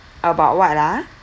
about what ah